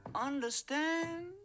understand